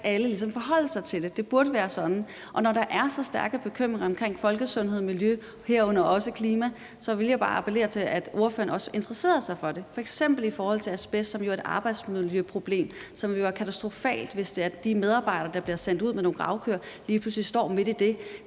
ligesom forholde sig til det. Det burde være sådan, og når der er så stærke bekymringer omkring folkesundhed og miljø, herunder også klima, vil jeg bare appellere til, at ordføreren også interesserede sig for det, f.eks. i forhold til asbest, som er et arbejdsmiljøproblem. Det vil jo være katastrofalt, hvis de medarbejdere, der bliver sendt ud med nogle gravkøer, lige pludselig står midt i det.